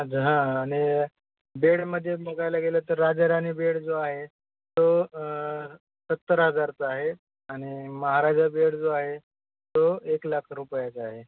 अच्छा हा आणि बेडमध्ये बघायला गेलं तर राजाराणी बेड जो आहे तो सत्तर हजारचा आहे आणि महाराजा बेड जो आहे तो एक लाख रुपयाचा आहे